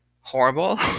horrible